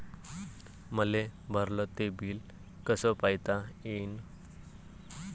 मले भरल ते बिल कस पायता येईन?